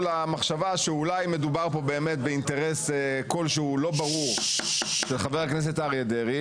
למחשבה שאולי מדובר פה באינטרס כלשהו לא ברור של חבר הכנסת אריה דרעי,